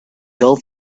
golf